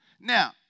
Now